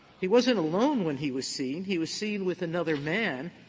he wasn't alone when he was seen. he was seen with another man.